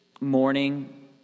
morning